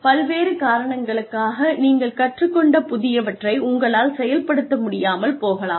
பல்வேறு காரணங்களுக்காக நீங்கள் கற்றுக்கொண்ட புதியவற்றை உங்களால் செயல்படுத்த முடியாமல் போகலாம்